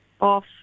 off